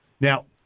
Now